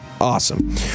Awesome